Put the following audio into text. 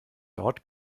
dort